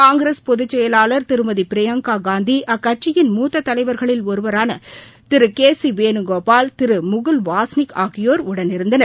காங்கிரஸ் பொதுச்செயலாளர் திருமதிபியங்காகாந்தி அக்கட்சியின் மூத்ததலைவர்களானதிருகேசிவேணுகோபால் திருமுகுல் வாஸ்னிக் ஆகியோர் உடனிருந்தனர்